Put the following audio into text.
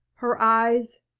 her eyes,